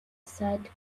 side